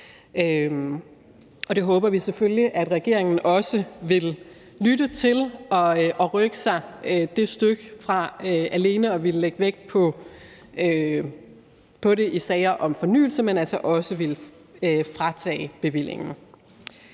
Og det håber vi selvfølgelig at regeringen også vil lytte til og rykke sig det stykke fra alene at ville lægge vægt på det i sager om fornyelse til altså også at ville fratage bevillingen.